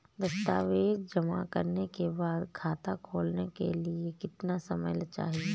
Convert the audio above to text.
दस्तावेज़ जमा करने के बाद खाता खोलने के लिए कितना समय चाहिए?